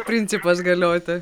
principas galioti